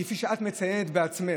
כפי שאת מציינת בעצמך,